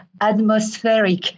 atmospheric